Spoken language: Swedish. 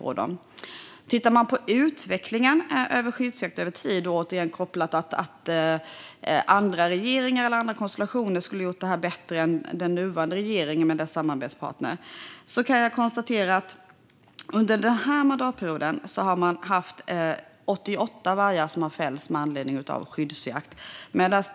Om man tittar på utvecklingen av licensjakt över tid - återigen kopplat till att andra regeringar eller andra konstellationer skulle ha gjort det här bättre än den nuvarande regeringen med dess samarbetspartner - kan jag konstatera att under denna mandatperiod har 88 vargar fällts med anledning av licensjakt.